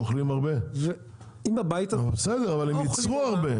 אבל הם ייצרו הרבה,